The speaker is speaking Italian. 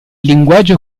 linguaggio